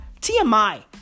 TMI